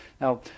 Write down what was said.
Now